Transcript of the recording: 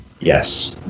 yes